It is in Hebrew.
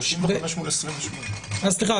35 מול 28. סליחה.